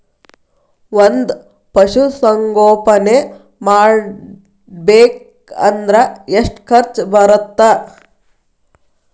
ಒಂದ್ ಪಶುಸಂಗೋಪನೆ ಮಾಡ್ಬೇಕ್ ಅಂದ್ರ ಎಷ್ಟ ಖರ್ಚ್ ಬರತ್ತ?